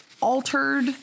altered